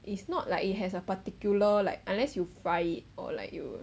it's not like it has a particular like unless you fry it or like you